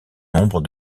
nombre